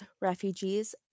refugees